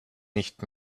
nicht